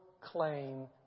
claim